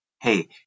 Hey